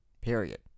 Period